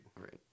Right